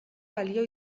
balio